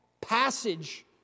passage